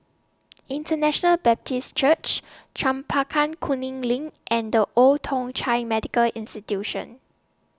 International Baptist Church Chempaka Kuning LINK and The Old Thong Chai Medical Institution